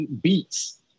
beats